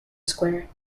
square